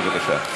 בבקשה.